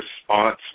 response